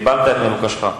קיבלת את מבוקשך.